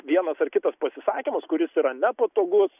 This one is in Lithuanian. vienas ar kitas pasisakymas kuris yra nepatogus